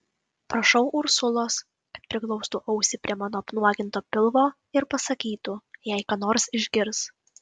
prašau ursulos kad priglaustų ausį prie mano apnuoginto pilvo ir pasakytų jei ką nors išgirs